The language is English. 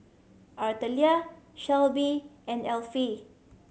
Artelia Shelby and Alfie